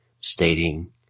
stating